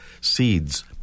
seeds